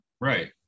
Right